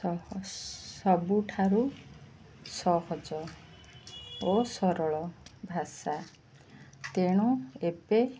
ସବୁଠାରୁ ସହଜ ଓ ସରଳ ଭାଷା ତେଣୁ ଏବେ